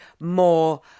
more